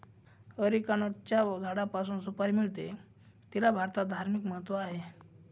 अरिकानटच्या झाडापासून सुपारी मिळते, तिला भारतात धार्मिक महत्त्व आहे